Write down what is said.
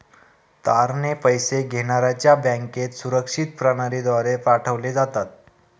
तारणे पैसे घेण्याऱ्याच्या बँकेत सुरक्षित प्रणालीद्वारे पाठवले जातात